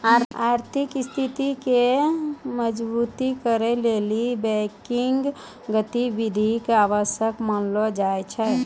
आर्थिक स्थिति के मजबुत करै लेली बैंकिंग गतिविधि आवश्यक मानलो जाय छै